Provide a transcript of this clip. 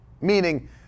Meaning